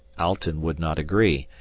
alten would not agree,